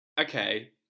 okay